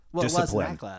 Discipline